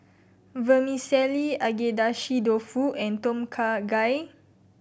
Vermicelli Agedashi Dofu and Tom Kha Gai